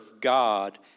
God